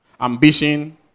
Ambition